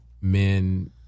men